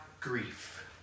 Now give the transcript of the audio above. grief